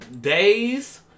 Days